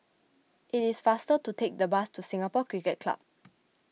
it is faster to take the bus to Singapore Cricket Club